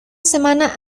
semana